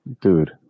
dude